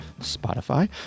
Spotify